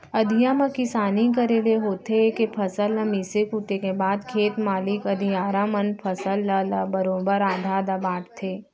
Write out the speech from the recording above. अधिया म किसानी करे ले होथे ए के फसल ल मिसे कूटे के बाद खेत मालिक अधियारा मन फसल ल ल बरोबर आधा आधा बांटथें